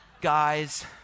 Guys